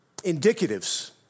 indicatives